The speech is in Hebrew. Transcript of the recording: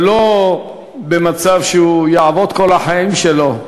ולא במצב שהוא יעבוד כל החיים שלו,